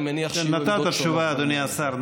אני מניח, נתת תשובה, אדוני השר.